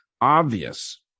obvious